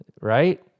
right